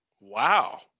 Wow